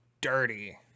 Dirty